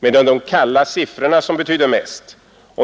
medan det är de kalla siffrorna som betyder mest.